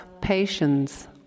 patience